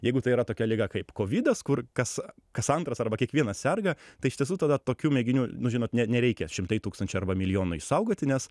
jeigu tai yra tokia liga kaip kovidas kur kas kas antras arba kiekvienas serga tai iš tiesų tada tokių mėginių nu žinot ne nereikia šimtai tūkstančių arba milijonų išsaugoti nes